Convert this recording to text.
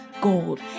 gold